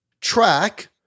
track